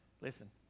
Listen